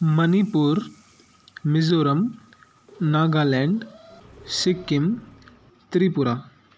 Manipur Mizoram Nagaland Sikkim Tripura